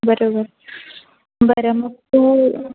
बरोबर बरं मग तू